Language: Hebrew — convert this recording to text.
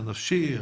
הנפשי,